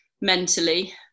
mentally